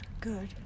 Good